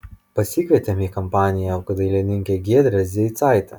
pasikvietėm į kompaniją dainininkę giedrę zeicaitę